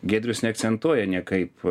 giedrius neakcentuoja niekaip